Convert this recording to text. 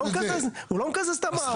הוא לא מקזז את המע"מ.